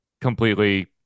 completely